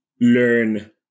learn